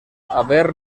haver